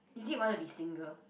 is it wanna be single